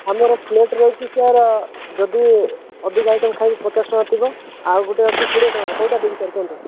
ଆମର ପ୍ଲେଟ୍ ରହୁଛି ସାର୍ ଯଦି ଅଧିକା ଆଇଟମ୍ ଖାଇବେ ପଚାଶ ଟଙ୍କା ଥିବ ଆଉ ଗୋଟେ ଅଛି କୋଡ଼ିଏ ଟଙ୍କା କୋଉଟା ଦେବି ସାର୍ କୁହନ୍ତୁ